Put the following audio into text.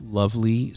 lovely